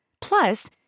Plus